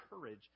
courage